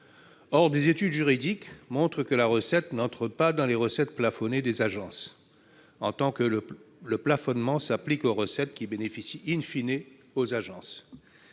Or des études juridiques montrent que la recette n'entre pas dans les recettes plafonnées des agences, puisque le plafonnement s'applique aux recettes qui bénéficient aux agences.